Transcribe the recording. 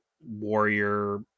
warrior